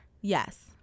Yes